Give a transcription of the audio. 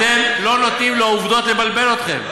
אתם לא נותנים לעובדות לבלבל אתכם.